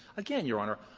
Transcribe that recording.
again, your honor,